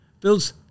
Phil's